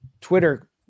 Twitter